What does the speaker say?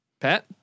Pat